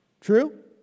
True